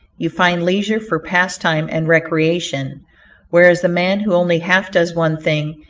you find leisure for pastime and recreation whereas the man who only half does one thing,